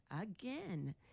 again